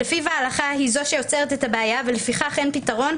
לפיו ההלכה היא זו שיוצרת את הבעיה ולפיכך אין פתרון,